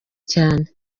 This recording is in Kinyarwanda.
cyane